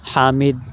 Hamid